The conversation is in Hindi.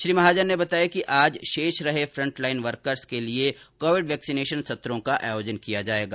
श्री महाजन ने बताया कि आज शेष रहे फ़ंट लाइन वर्कर्स के लिए कोविड वैक्सीनेशन सत्रों का आयोजन किया जाएगा